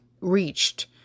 reached